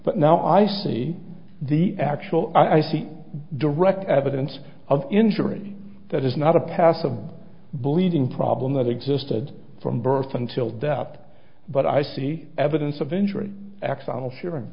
but now i see the actual i see direct evidence of injury that is not a passive bleeding problem that existed from birth until death but i see evidence of injury accidental shar